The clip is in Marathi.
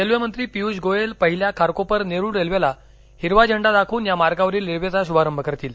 रेल्वे मंत्री पिय़ष गोयल पहिल्या खारकोपर नेरूळ रेल्वेला हिरवा झेंडा दाखवून या मार्गावरील रेल्वेचा शुभारंभ करतील